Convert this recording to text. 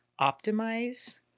optimize